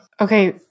Okay